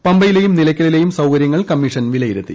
പമ്പയിലെയും നിലയ്ക്കലിലെയും സൌകര്യങ്ങൾ കമ്മീഷൻ വിലയിരുത്തി